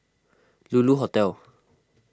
Lulu Hotel